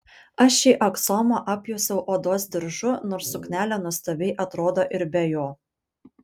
aš šį aksomą apjuosiau odos diržu nors suknelė nuostabiai atrodo ir be jo